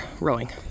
rowing